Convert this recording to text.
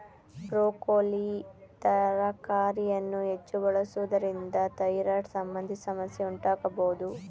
broccoli ತರಕಾರಿಯನ್ನು ಹೆಚ್ಚು ಬಳಸುವುದರಿಂದ ಥೈರಾಯ್ಡ್ ಸಂಬಂಧಿ ಸಮಸ್ಯೆ ಉಂಟಾಗಬೋದು